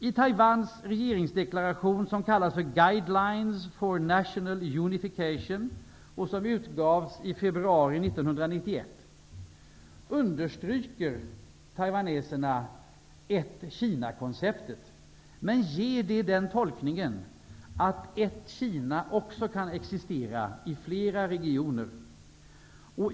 I Taiwans regeringsdeklaration, den s.k. Guidelines for National Unification, vilken utgavs i februari 1991, understryker taiwaneserna idéerna om ett Kina, men ger dem den tolkningen, att ett Kina också kan existera i flera regioner.